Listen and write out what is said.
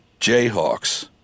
Jayhawks